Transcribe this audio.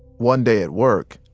one day at work,